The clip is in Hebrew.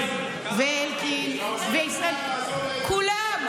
ואלקין, כולם.